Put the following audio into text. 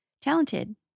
talented